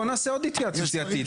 בואו נעשה עוד התייעצות סיעתית.